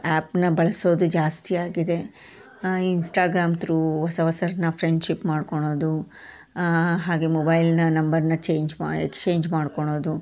ಆ್ಯಪನ್ನ ಬಳಸೋದು ಜಾಸ್ತಿ ಆಗಿದೆ ಇನ್ಸ್ಟಾಗ್ರಾಮ್ ತ್ರೂ ಹೊಸ ಹೊಸರ್ನ ಫ್ರೆಂಡ್ಶಿಪ್ ಮಾಡ್ಕೊಳೋದು ಹಾಗೆ ಮೊಬೈಲ್ನ ನಂಬರನ್ನ ಚೇಂಜ್ ಮ ಎಕ್ಸ್ಚೇಂಜ್ ಮಾಡ್ಕೊಳೋದು